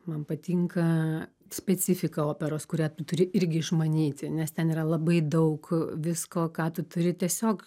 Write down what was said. man patinka specifika operos kurią tu turi irgi išmanyti nes ten yra labai daug visko ką tu turi tiesiog